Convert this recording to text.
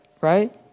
right